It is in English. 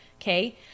okay